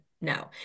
no